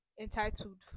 entitled